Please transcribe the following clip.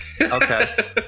Okay